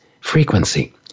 frequency